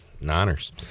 Niners